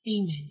Amen